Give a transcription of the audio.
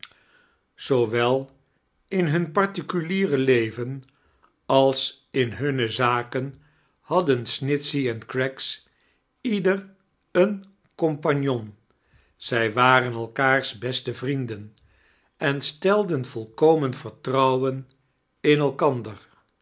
zoowel in hun particuliere leven ale in hunne zaken hadden snitchey en craggs ieder een cbimpagnon zij waren elkaars beste vrienden en stelden volkomen vertrouwen in elkander